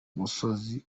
musozi